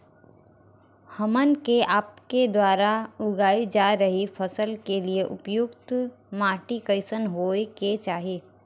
हमन के आपके द्वारा उगाई जा रही फसल के लिए उपयुक्त माटी कईसन होय के चाहीं?